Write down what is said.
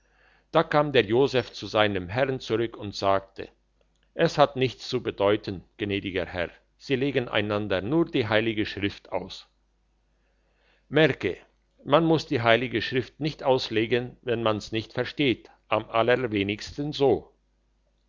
da kam der joseph zu seinem herrn zurück und sagte es hat nichts zu bedeuten gnädiger herr sie legen einander nur die heilige schrift aus merke man muss die heilige schrift nicht auslegen wenn man's nicht versteht am allerwenigsten so